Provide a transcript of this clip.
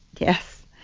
yes.